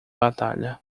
batalha